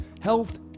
Health